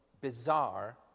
bizarre